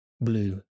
blue